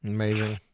Amazing